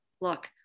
look